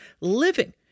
living